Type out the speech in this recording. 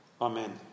Amen